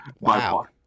Wow